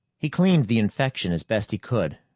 he cleaned the infection as best he could,